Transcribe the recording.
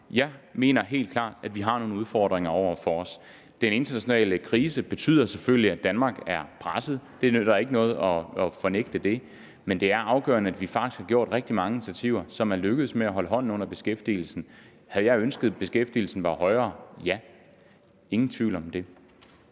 Jeg mener helt klart, at vi står over for nogle udfordringer. Den internationale krise betyder selvfølgelig, at Danmark er presset. Det nytter ikke noget at fornægte det. Men det er afgørende, at vi faktisk har taget rigtig mange initiativer, så det er lykkedes at holde hånden under beskæftigelsen. Havde jeg ønsket, at beskæftigelsen var højere? Ja, ingen tvivl om det.